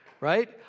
right